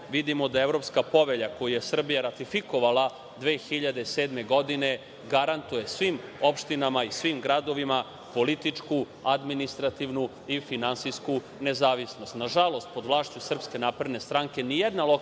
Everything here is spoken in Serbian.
vidimo da je Evropska Povelja, koja je Srbija ratifikovala 2007. godine, garantuje svim opštinama i svim gradovima političku, administrativnu i finansijsku nezavisnost. Nažalost, pod vlašću SNS nijedna lokalna